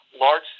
large